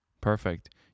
perfect